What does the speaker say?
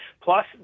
plus